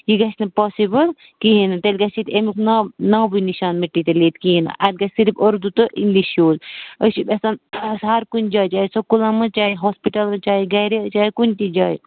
یہِ گژھِ نہٕ پاسِبُل کِہیٖنٛۍ نہَ تیٚلہِ گژھِ ییٚتہِ اَمیُک ناو ناوٕ نِشان مِٹہِ تیٚلہِ ییٚتہِ کِہیٖنٛۍ نہٕ اَتھ گژھِ صِرف اُردو تہٕ اِنٛگلِش یوٗز أسۍ چھِ یژھان ہر کُنہِ جایہِ چاہے سکوٗلَن منٛز چاہے ہاسپِٹَلٕز چاہے گَرِ چاہے کُنہِ تہِ جایہِ